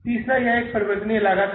तीसरा यहां एक परिवर्तनीय लागत है